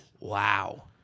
Wow